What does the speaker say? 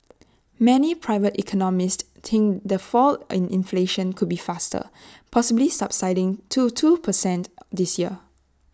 many private economists think the fall in inflation could be faster possibly subsiding to two per cent this year